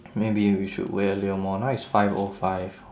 maybe we should wait a little more now is five O five